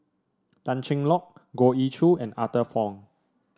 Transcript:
Tan Cheng Lock Goh Ee Choo and Arthur Fong